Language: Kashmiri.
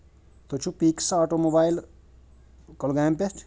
تُہۍ چھُو پیٖکسا آٹو موبایِل کۄلگامہِ پٮ۪ٹھ